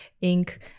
ink